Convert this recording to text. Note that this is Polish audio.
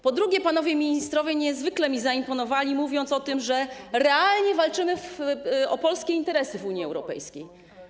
Po drugie, panowie ministrowie niezwykle mi zaimponowali, mówiąc o tym, że realnie walczymy o polskie interesy w Unii Europejskiej.